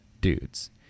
dudes